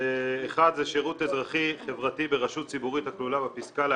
האחד זה שירות אזרחי חברתי ברשות ציבורית הכלולה בפסקה --- רגע,